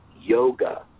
yoga